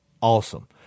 awesome